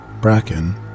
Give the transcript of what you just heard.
Bracken